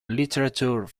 literature